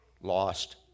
lost